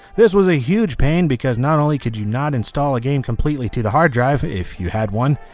this was a huge pain because not only could you not install a game completely to the hard drive if you had one.